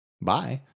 Bye